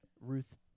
Ruth